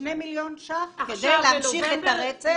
כ-2 מיליון ₪ כדי להמשיך את הרצף.